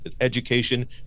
education